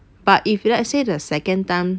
but if let's say the second time